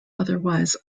otherwise